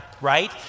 right